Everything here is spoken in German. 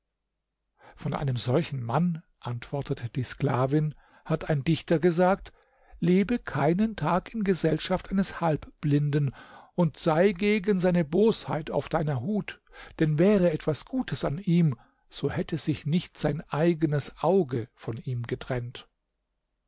von einem solchen mann antwortete die sklavin hat ein dichter gesagt lebe keinen tag in gesellschaft eines halbblinden und sei gegen seine bosheit auf deiner hut denn wäre etwas gutes an ihm so hätte sich nicht sein eigenes auge von ihm getrennt